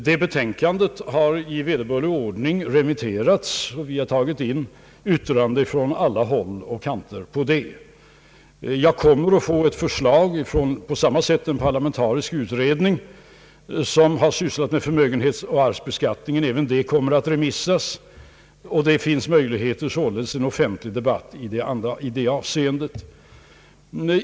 Det betänkandet har i vederbörlig ordning remitterats, och vi har tagit in yttranden från alla håll och kanter. Jag kommer på samma sätt att få ett förslag från en parlamentarisk utredning som har sysslat med förmögenhetsoch arvsbeskattningen. Även det förslaget kommer att remitteras, och det finns därefter möjligheter till en offentlig debatt i den frågan.